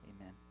Amen